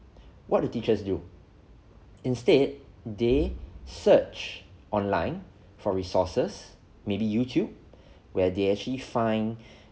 what do teachers do instead they search online for resources maybe youtube where they actually find